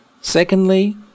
Secondly